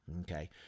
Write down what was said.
okay